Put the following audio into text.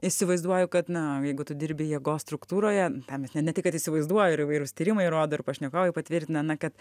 įsivaizduoju kad na jeigu tu dirbi jėgos struktūroje tą mes ne ne tik kad įsivaizduoju ir įvairūs tyrimai rodo ir pašnekovai patvirtina na kad